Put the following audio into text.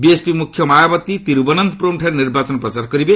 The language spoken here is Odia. ବିଏସ୍ପି ମୁଖ୍ୟ ମାୟାବତୀ ତିରୁବନନ୍ତପୁରମ୍ଠାରେ ନିର୍ବାଚନ ପ୍ରଚାର କରିବେ